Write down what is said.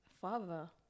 father